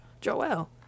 Joel